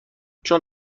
چون